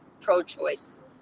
pro-choice